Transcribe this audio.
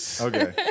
Okay